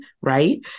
right